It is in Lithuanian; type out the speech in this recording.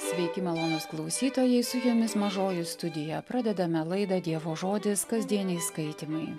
sveiki malonūs klausytojai su jumis mažoji studija pradedame laidą dievo žodis kasdieniai skaitymai